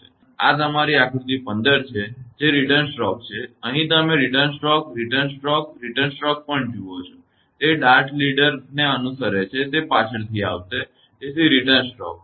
અને આકૃતિ 15 પણ આ તમારી આકૃતિ 15 છે જે રીટર્ન સ્ટ્રોક છે અહીં તમે return stroke return stroke return stroke પણ જુઓ છો તે ડાર્ટ લીડર ને અનુસરે છે તે પાછળથી આવશે તેથી રીટર્ન સ્ટ્રોક